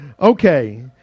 okay